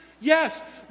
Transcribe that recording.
yes